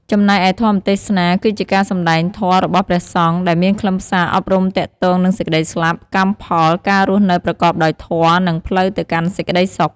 ចំណែកឯ ធម្មទេសនា គឺជាការសំដែងធម៌របស់ព្រះសង្ឃ ដែលមានខ្លឹមសារអប់រំទាក់ទងនឹងសេចក្តីស្លាប់ កម្មផល ការរស់នៅប្រកបដោយធម៌ និងផ្លូវទៅកាន់សេចក្តីសុខ។